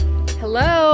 Hello